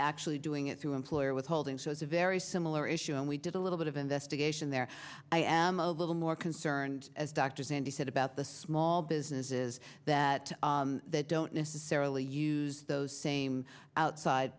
actually doing it through employer withholding so it's a very similar issue and we did a little bit of investigation there i am a little more concerned as dr zandi said about the small businesses that don't necessarily use those same outside